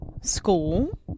School